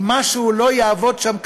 אם משהו לא יעבוד שם כשורה,